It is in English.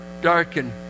darkened